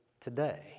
today